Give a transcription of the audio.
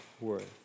worth